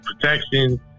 protection